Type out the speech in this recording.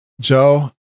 Joe